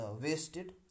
wasted